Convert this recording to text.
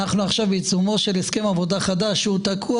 אנחנו בעיצומו של הסכם עבודה חדש שהוא תקוע,